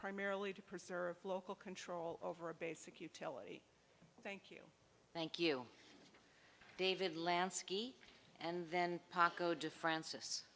primarily to preserve local control over a basic utility thank you thank you david landscape and then pot go to franc